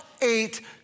eight